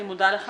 אני מודה לך,